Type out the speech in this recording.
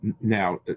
Now